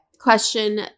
question